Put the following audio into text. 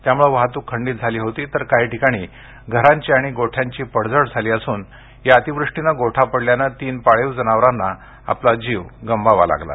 त्यामुळे वाहतूक खंडित झाली होती तर काही ठिकाणी घरांची व गोठ्यांची पडझड झाली असून या अतिवृष्टीने गोठा पडल्याने तीन पाळीव जनावरांना जीव गमवावा लागला आहे